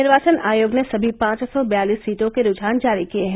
निर्वाचन आयोग ने सभी पॉच सौ बयालीस सीटों के रुझान जारी किये हैं